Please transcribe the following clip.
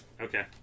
Okay